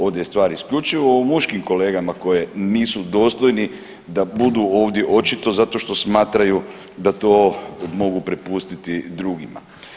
Ovdje je stvar isključivo o muškim kolegama koji nisu dostojni da budu ovdje očito zato što smatraju da to mogu prepustiti drugima.